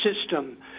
system